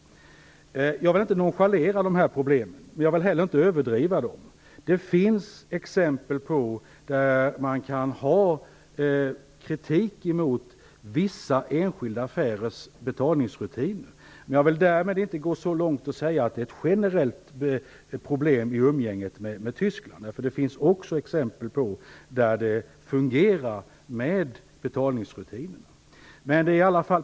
Jag vill inte nonchalera problemen, men jag vill heller inte överdriva dem. Det finns exempel där man kan rikta kritik mot vissa enskilda affärers betalningsrutiner. Men jag vill därmed inte gå så långt som att säga att det är ett generellt problem i umgänget med Tyskland, för det finns också exempel där betalningsrutinerna fungerar.